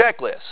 checklist